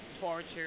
torture